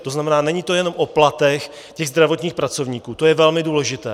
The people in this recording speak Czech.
To znamená, není to jenom o platech zdravotních pracovníků, to je velmi důležité.